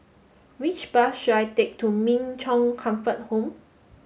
which bus should I take to Min Chong Comfort Home